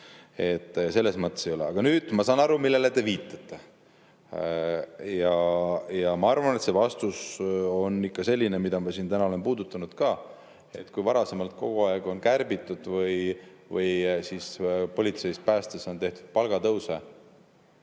Selles mõttes ei ole. Aga ma saan aru, millele te viitate. Ja ma arvan, et see vastus on ikka selline, mida ma siin täna olen puudutanud ka. Kui varasemalt on kogu aeg kärbitud või politseis ja päästes on tehtud palgatõuse